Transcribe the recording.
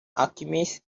alchemist